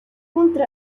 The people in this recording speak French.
contre